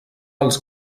als